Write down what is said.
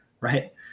right